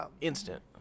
instant